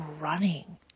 running